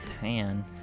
tan